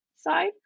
side